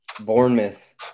Bournemouth